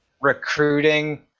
recruiting